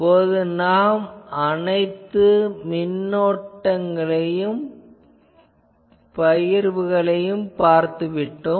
இப்போது நாம் அனைத்து பகுப்பாய்வுகளையும் பார்த்துவிட்டோம்